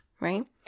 right